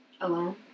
Alone